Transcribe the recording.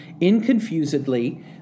inconfusedly